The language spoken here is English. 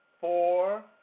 four